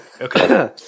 Okay